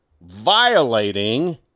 violating